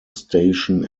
station